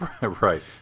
Right